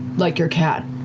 like your cat.